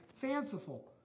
fanciful